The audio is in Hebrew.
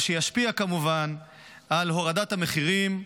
מה שישפיע כמובן על הורדת המחירים,